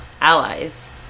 allies